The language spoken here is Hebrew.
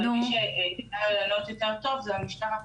אבל מי שתוכל לענות יותר טוב זו המשטרה.